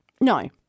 No